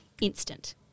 instant